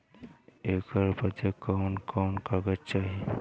ऐकर बदे कवन कवन कागज चाही?